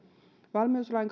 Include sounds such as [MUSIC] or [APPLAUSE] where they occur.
valmiuslain [UNINTELLIGIBLE]